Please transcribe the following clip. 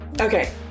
Okay